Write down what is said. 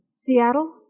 Seattle